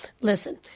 Listen